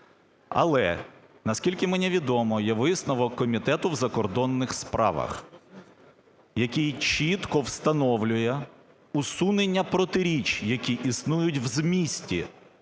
Але, наскільки мені відомо, є висновок Комітету в закордонних справах, який чітко встановлює усунення протиріч, які існують в змісті,